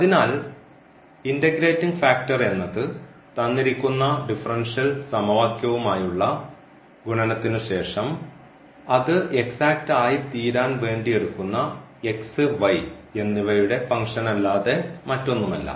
അതിനാൽ integrating factor എന്നത് തന്നിരിക്കുന്ന ഡിഫറൻഷ്യൽ സമവാക്യവുമായുള്ള ഗുണനത്തിനു ശേഷം അത് എക്സാറ്റ് ആയിത്തീരാൻ വേണ്ടി എടുക്കുന്ന എന്നിവയുടെ ഫംഗ്ഷനല്ലാതെ മറ്റൊന്നുമല്ല